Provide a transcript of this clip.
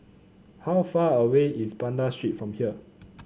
how far away is Banda Street from here